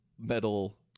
metal